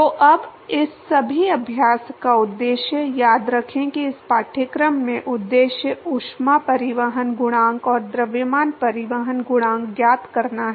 तो अब इस सभी अभ्यास का उद्देश्य याद रखें कि इस पाठ्यक्रम में उद्देश्य ऊष्मा परिवहन गुणांक और द्रव्यमान परिवहन गुणांक ज्ञात करना है